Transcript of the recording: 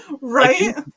right